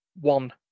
one